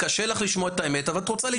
קשה לך לשמוע את האמת, אבל את רוצה להתפרץ.